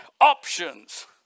Options